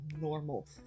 normal